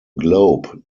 globe